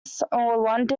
street